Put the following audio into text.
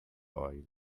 oil